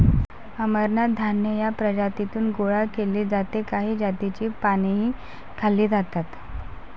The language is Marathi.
अमरनाथ धान्य या प्रजातीतून गोळा केले जाते काही जातींची पानेही खाल्ली जातात